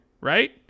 Right